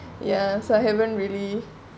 ya so I haven't really